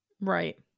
Right